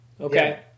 Okay